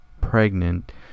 pregnant